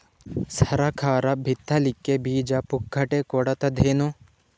ಸರಕಾರ ಬಿತ್ ಲಿಕ್ಕೆ ಬೀಜ ಪುಕ್ಕಟೆ ಕೊಡತದೇನು?